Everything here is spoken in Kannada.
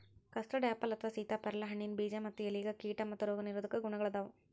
ಕಸ್ಟಡಆಪಲ್ ಅಥವಾ ಸೇತಾಪ್ಯಾರಲ ಹಣ್ಣಿನ ಬೇಜ ಮತ್ತ ಎಲೆಯಾಗ ಕೇಟಾ ಮತ್ತ ರೋಗ ನಿರೋಧಕ ಗುಣಗಳಾದಾವು